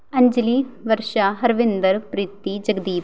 Anjali Varsha Harvinder Preeti Jagdeep